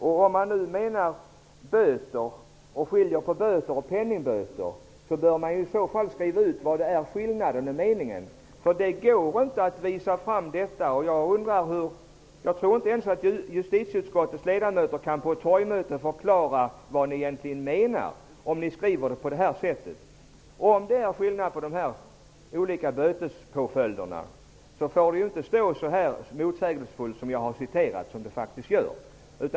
Om man menar böter och skiljer på böter och penningböter, bör man i så fall skriva ut detta. Jag tror inte ens att justiteutskottets ledamöter på ett torgmöte skulle kunna förklara vad de menar om de skriver på det här sättet. Om det är skillnad på de olika bötespåföljderna får skrivningen inte vara så motsägelsefull som den jag har citerat.